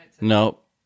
Nope